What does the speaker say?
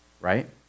right